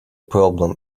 problem